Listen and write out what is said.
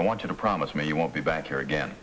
i want you to promise me you won't be back here again